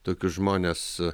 tokius žmones